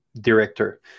director